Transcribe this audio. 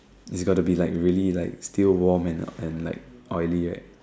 it's gotta be like really like still warm and oily right